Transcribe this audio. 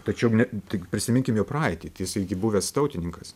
tačiau ne tai gi prisiminkim jo praeitį tai jisai gi buvęs tautininkas